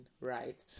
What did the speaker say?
right